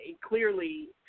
clearly